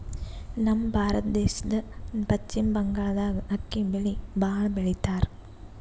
ನಮ್ ಭಾರತ ದೇಶದ್ದ್ ಪಶ್ಚಿಮ್ ಬಂಗಾಳ್ದಾಗ್ ಅಕ್ಕಿ ಬೆಳಿ ಭಾಳ್ ಬೆಳಿತಾರ್